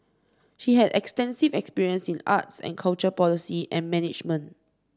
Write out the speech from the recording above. she has extensive experience in arts and culture policy and management